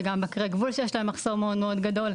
וגם בקרי גבול שיש להם מחסור מאוד גדול.